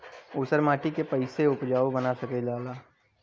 ऊसर माटी के फैसे उपजाऊ बना सकेला जा?